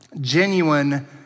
Genuine